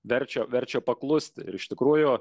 verčia verčia paklusti ir iš tikrųjų